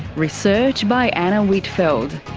research by anna whitfeld,